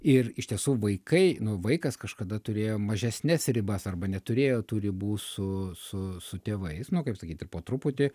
ir iš tiesų vaikai nu vaikas kažkada turėjo mažesnes ribas arba neturėjo tų ribų su su su tėvais nu kaip sakyt ir po truputį